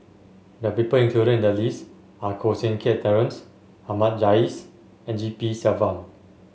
the people included in the list are Koh Seng Kiat Terence Ahmad Jais and G P Selvam